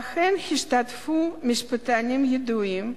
שהשתתפו בהן משפטנים ידועים,